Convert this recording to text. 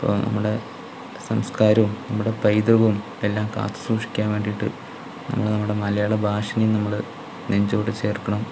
അപ്പോൾ നമ്മുടെ സംസ്ക്കാരവും നമ്മുടെ പൈതൃകവും എല്ലാം കാത്ത് സൂക്ഷിക്കാൻ വേണ്ടീട്ട് നമ്മള് നമ്മുടെ മലയാള ഭാഷയെ നമ്മള് നെഞ്ചോട് ചേർക്കണം